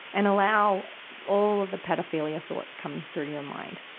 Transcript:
and allow all of the pedophilia thoughts come through your mind.